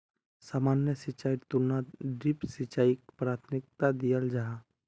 सामान्य सिंचाईर तुलनात ड्रिप सिंचाईक प्राथमिकता दियाल जाहा